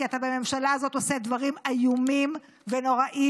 כי בממשלה הזאת אתה עושה דברים איומים ונוראים